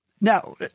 Now